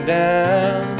down